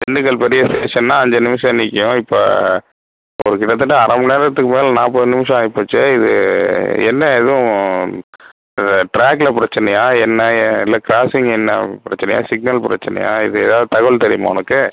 திண்டுக்கல் பெரிய ஸ்டேஷன்னால் அஞ்சு நிமிடம் நிற்கும் இப்போ ஒரு கிட்டத்தட்ட அரை மணிநேரத்துக்கு மேலே நாற்பது நிமிடம் ஆயிப்போச்சே இது என்ன எதுவும் இந்த ட்ராக்ல பிரச்சனையா என்ன இல்லை க்ராஸிங் என்ன பிரச்சனையா சிக்னல் பிரச்சனையா இது ஏதாவது தகவல் தெரியுமா உனக்கு